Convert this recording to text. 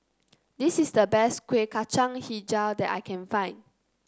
this is the best Kuih Kacang hijau that I can find